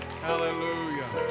Hallelujah